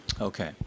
Okay